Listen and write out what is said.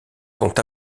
sont